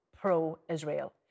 pro-israel